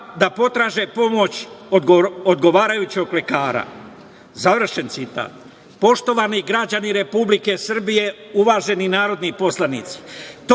završen citat.